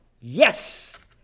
Yes